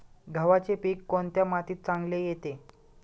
गव्हाचे पीक कोणत्या मातीत चांगले येते?